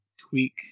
tweak